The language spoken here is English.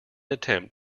attempt